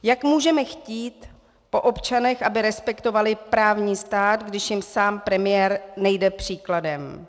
Jak můžeme chtít po občanech, aby respektovali právní stát, když jim sám premiér nejde příkladem?